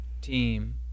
team